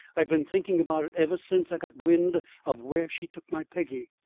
i've been thinking about it ever since i got wind of where she took my peggy.